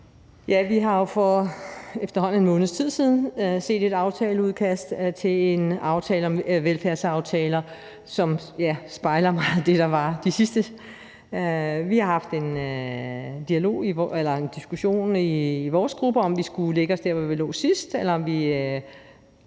efterhånden en måneds tid siden set et aftaleudkast til en aftale om velfærdsaftaler, som spejler de sidste meget. Vi har haft en diskussion i vores gruppe, om vi skulle lægge os der, hvor vi lå sidst, eller om